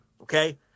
okay